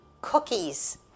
cookies